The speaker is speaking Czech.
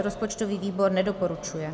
Rozpočtový výbor nedoporučuje.